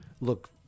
look